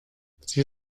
sie